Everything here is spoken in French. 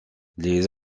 les